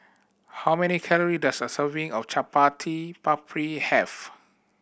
how many calorie does a serving of Chaat Papri have